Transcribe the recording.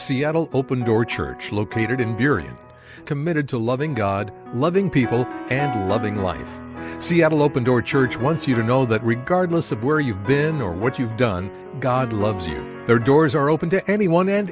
seattle open door church located in during committed to loving god loving people and loving life seattle open door church once you don't know but regardless of where you've been or what you've done god loves you there doors are open to anyone and